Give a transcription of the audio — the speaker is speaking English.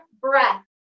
breath